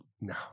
No